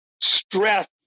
stress